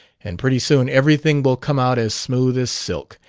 and pretty soon everything will come out as smooth as silk.